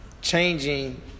changing